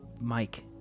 Mike